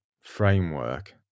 framework